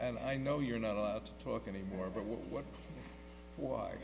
and i know you're not allowed to talk anymore but what w